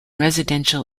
residential